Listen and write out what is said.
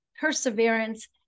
perseverance